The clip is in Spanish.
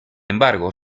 embargo